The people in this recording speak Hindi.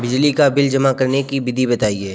बिजली का बिल जमा करने की विधि बताइए?